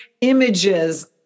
images